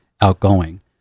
outgoing